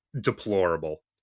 deplorable